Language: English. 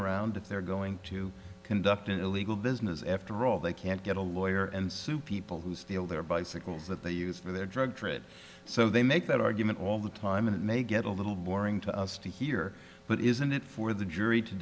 around if they're going to conduct an illegal business after all they can't get a lawyer and sue people who steal their bicycles that they use for their drug trade so they make that argument all the time and they get a little boring to us to hear but isn't it for the jury to